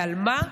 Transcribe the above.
ועל מה?